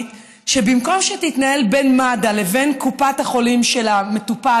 שבמקום שתתנהל בין מד"א לבין קופת החולים של המטופל,